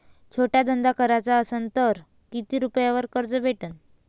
छोटा धंदा कराचा असन तर किती रुप्यावर कर्ज भेटन?